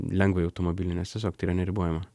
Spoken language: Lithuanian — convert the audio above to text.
lengvąjį automobilį nes tiesiog tai yra neribojama